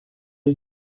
you